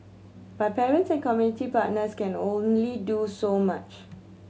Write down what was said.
but parents and community partners can only do so much